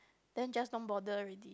then just don't bother already